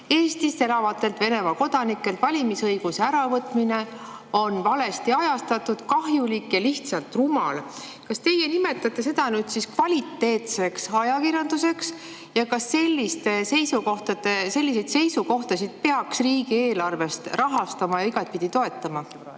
"Eestis elavatelt Venemaa kodanikelt valimisõiguse äravõtmine on valesti ajastatud ja kahjulik. Ja lihtsalt rumal." Kas teie nimetate seda kvaliteetseks ajakirjanduseks? Kas selliseid seisukohtasid peaks riigieelarvest rahastama ja igapidi toetama?